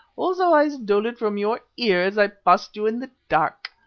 also i stole it from your ear as i passed you in the dark.